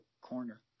corner